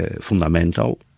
fundamental